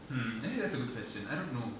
hmm I think that's a good question I don't know